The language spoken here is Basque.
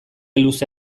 luze